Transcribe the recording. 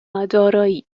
دارایی